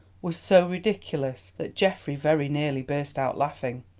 was so ridiculous that geoffrey very nearly burst out laughing,